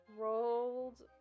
Rolled